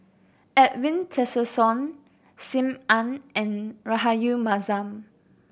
Edwin Tessensohn Sim Ann and Rahayu Mahzam